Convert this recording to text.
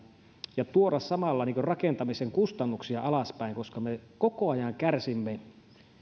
ja tuoda samalla rakentamisen kustannuksia alaspäin koska me koko ajan kärsimme